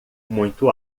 muito